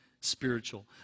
spiritual